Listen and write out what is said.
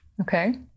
Okay